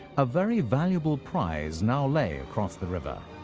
a very valuable prize now lay across the river,